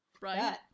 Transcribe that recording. Right